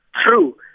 True